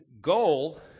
goal